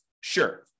Sure